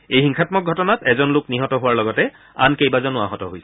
এই হিংসাম্মক ঘটনাত এজন লোক নিহত হোৱাৰ লগতে আন কেইবাজনো আহত হৈছিল